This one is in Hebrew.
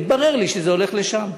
התברר לי שזה הולך לשם.